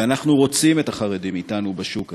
ואנחנו רוצים את החרדים אתנו בשוק הזה.